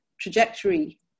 trajectory